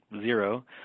Zero